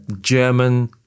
German